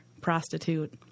prostitute